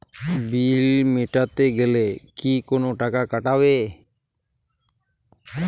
বিল মেটাতে গেলে কি কোনো টাকা কাটাবে?